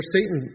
Satan